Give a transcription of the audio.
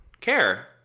Care